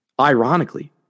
Ironically